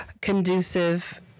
conducive